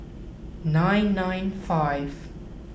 nine nine five